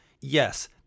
Yes